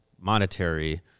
monetary